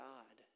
God